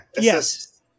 Yes